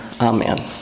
Amen